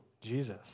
Jesus